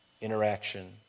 interaction